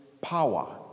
power